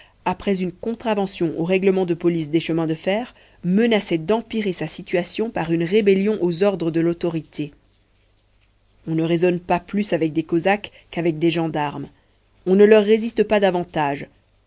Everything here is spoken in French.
après une contravention aux règlements de police des chemins de fer menaçait d'empirer sa situation par une rébellion aux ordres de l'autorité on ne raisonne pas plus avec des cosaques qu'avec des gendarmes on ne leur résiste pas davantage